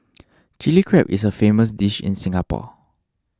Chilli Crab is a famous dish in Singapore